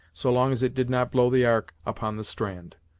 so long as it did not blow the ark upon the strand.